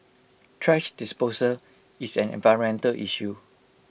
thrash disposal is an environmental issue